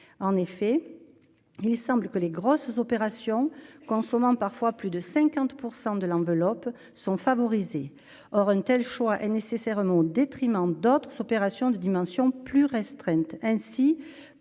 en effet, il semble que les grosses opérations quoi en ce moment, parfois plus de 50 % de l'enveloppe sont favorisés, or une telle choix est nécessairement au détriment d'autres opérations de dimension plus restreinte